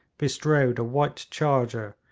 bestrode a white charger,